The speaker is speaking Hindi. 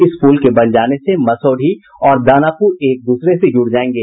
इस पुल के बन जाने से मसौढ़ी और दानापुर एक दूसरे से जुड़ जायेंगे